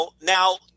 now –